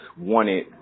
wanted